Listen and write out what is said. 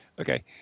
Okay